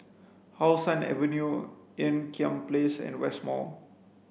how Sun Avenue Ean Kiam Place and West Mall